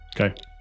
Okay